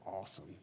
awesome